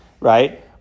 right